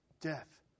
death